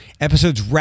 Episodes